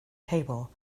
table